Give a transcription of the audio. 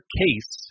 case